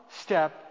step